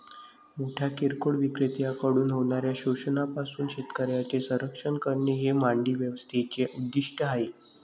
मोठ्या किरकोळ विक्रेत्यांकडून होणाऱ्या शोषणापासून शेतकऱ्यांचे संरक्षण करणे हे मंडी व्यवस्थेचे उद्दिष्ट आहे